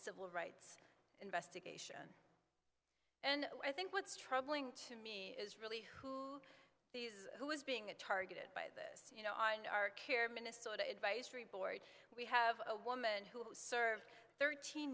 civil rights investigation and i think what's troubling to me is really who is being targeted by this you know on our care minnesota advisory board we have a woman who served thirteen